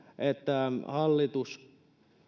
että hallitus